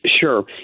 Sure